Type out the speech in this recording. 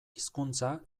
hizkuntza